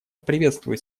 приветствует